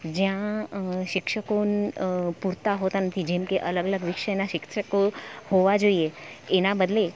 જ્યાં શિક્ષકો પૂરતા હોતા નથી જેમકે અલગ અલગ વિષયના શિક્ષકો હોવા જોઈએ એના બદલે